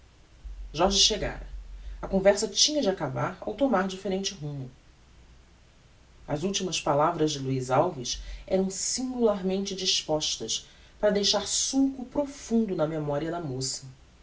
jorge chegára a conversa tinha de acabar ou tomar differente rumo as ultimas palavras de luiz alves eram singularmente dispostas para deixar sulco profundo na memoria da moça